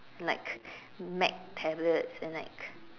like Mac tablets and like